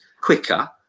quicker